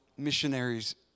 missionaries